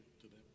today